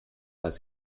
was